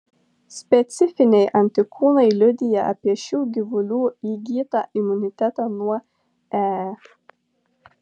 specifiniai antikūnai liudija apie šių gyvulių įgytą imunitetą nuo ee